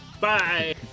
bye